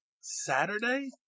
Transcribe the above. Saturday